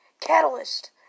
Catalyst